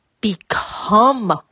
become